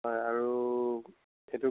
হয় আৰু সেইটো